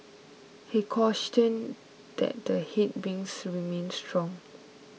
he cautioned that the headwinds remain strong